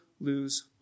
lose